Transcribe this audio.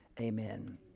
Amen